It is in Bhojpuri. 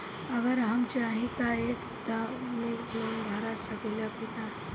अगर हम चाहि त एक दा मे लोन भरा सकले की ना?